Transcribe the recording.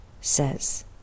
says